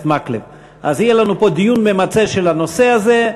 ביחד בנושאים האלה.